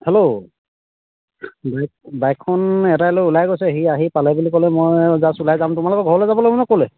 hello bike বাইকখন এটাই লৈ ওলাই গৈছে সি আহি পালে বুলি ক'লে মই জাষ্ট ওলাই যাম তোমালোকৰ ঘৰলৈ যাব লাগিবনে ক'লৈ